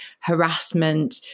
harassment